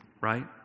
right